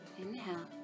inhale